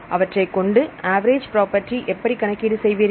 அவற்றைக்கொண்டு average property எப்படி கணக்கீடு செய்வீர்கள்